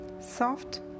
soft